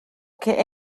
que